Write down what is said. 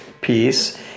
piece